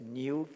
new